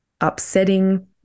upsetting